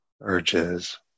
urges